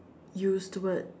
used words